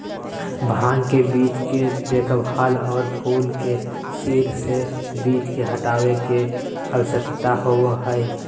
भांग के बीज के देखभाल, और फूल के सिर से बीज के हटाबे के, आवश्यकता होबो हइ